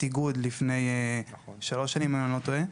איגוד לפני שלוש שנים אם אני לא טועה.